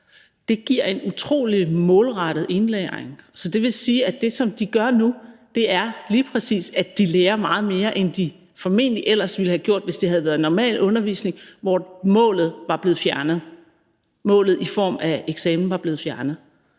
er, giver en utrolig målrettet indlæring, så det vil sige, at det, som de gør nu, lige præcis er, at de lærer meget mere, end de formentlig ellers ville have gjort, hvis det havde været normal undervisning, hvor målet var blevet fjernet,